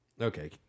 Okay